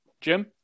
Jim